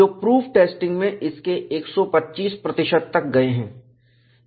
जो proof testing में इसके 125 तक गए हैं